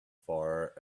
far